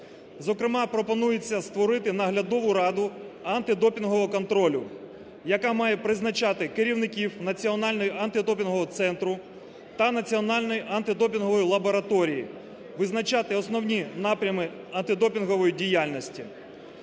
Зокрема, пропонується створити наглядову раду антидопінгового контролю, яка має призначати керівників Національного антидопінгового центру та Національної антидопінгової лабораторії, визначати основні напрями антидопінгової діяльності.